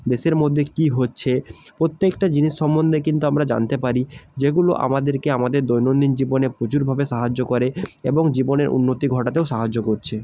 দেশের মধ্যে কী হচ্ছে প্রত্যেকটা জিনিস সম্বন্ধে কিন্তু আমরা জানতে পারি যেগুলো আমাদেরকে আমাদের দৈনন্দিন জীবনে প্রচুরভাবে সাহায্য করে এবং জীবনের উন্নতি ঘটাতেও সাহায্য করছে